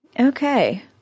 Okay